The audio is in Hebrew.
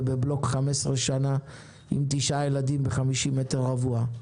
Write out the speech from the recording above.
ובבלוק 15 שנים עם תשעה ילדים ב-50 מטר רבוע.